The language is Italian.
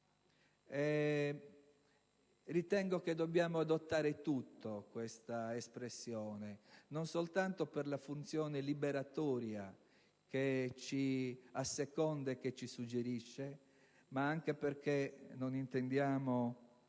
Ritengo che dobbiamo adottare tutti questa espressione, non soltanto per la funzione liberatoria che ci asseconda e che ci suggerisce, ma anche perché, con la